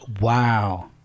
Wow